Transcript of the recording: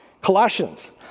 Colossians